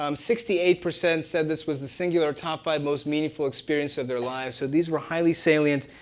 um sixty eight percent said this was the singular top five most meaningful experience of their lives. so these were highly salient,